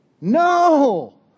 No